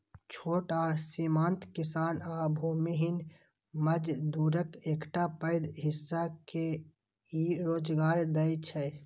छोट आ सीमांत किसान आ भूमिहीन मजदूरक एकटा पैघ हिस्सा के ई रोजगार दै छै